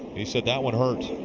he said, that one hurt.